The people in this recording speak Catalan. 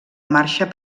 marxa